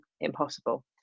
impossible